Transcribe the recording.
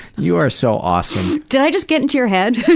you are so awesome. did i just get into your head?